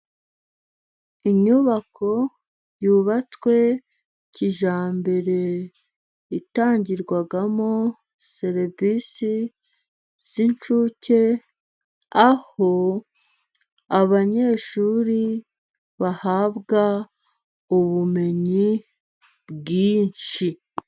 Inyubako yubatswe kijyambere itangirwamo serivisi z'incuke, aho abanyeshuri bahabwa ubumenyi bwinshi.